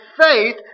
faith